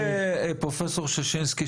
פרופסור ששנסקי,